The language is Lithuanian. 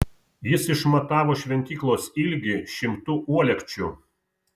jis išmatavo šventyklos ilgį šimtu uolekčių